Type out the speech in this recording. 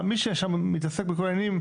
מי שמתעסק שם בכל העניינים,